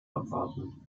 abwarten